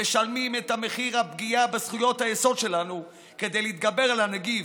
משלמים את מחיר הפגיעה בזכויות היסוד שלנו כדי להתגבר על הנגיף,